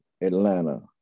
Atlanta